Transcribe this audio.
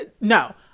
no